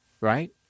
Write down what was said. right